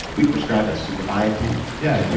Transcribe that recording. we prescribe a super biotin. yeah yeah,